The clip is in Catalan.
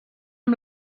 amb